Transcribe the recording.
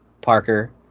Parker